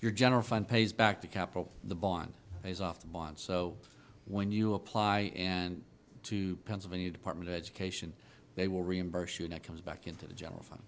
your general fund pays back the capital the bond is off the bond so when you apply and to pennsylvania department of education they will reimburse you net comes back into the general fund